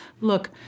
look